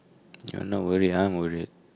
you're not worried I'm worried